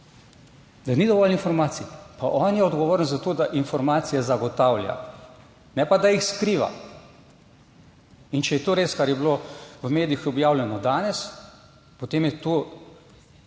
da ni dovolj informacij. Pa on je odgovoren za to, da informacije zagotavlja, ne pa da jih skriva. In če je to res, kar je bilo v medijih objavljeno danes, potem je to škandal